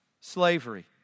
slavery